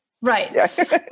Right